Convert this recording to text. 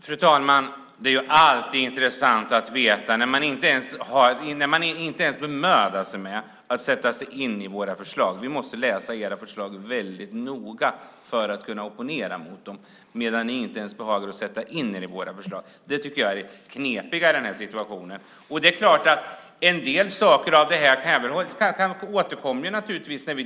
Fru talman! Man bemödar sig inte ens med att sätta sig in i våra förslag. Vi måste läsa era förslag väldigt noga för att kunna opponera mot dem, medan ni inte ens behagar sätta er in i våra förslag. Det tycker jag är det knepiga i den här situationen. En del återkommer naturligtvis.